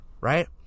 right